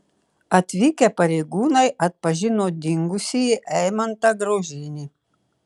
atvykę pareigūnai atpažino dingusįjį eimantą graužinį